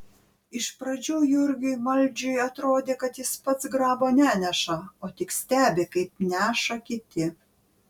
iš pradžių jurgiui maldžiui atrodė kad jis pats grabo neneša o tik stebi kaip neša kiti